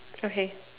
okay